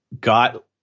got